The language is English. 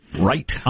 Right